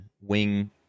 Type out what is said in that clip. wing